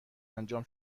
انجام